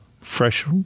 fresh